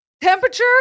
Temperature